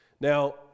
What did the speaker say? Now